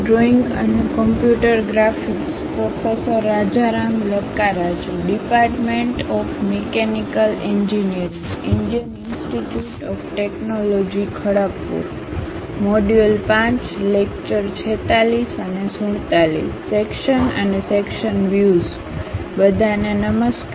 બધા ને નમસ્કાર